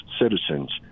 citizens